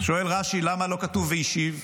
שואל רש"י: למה לא כתוב: והשיב?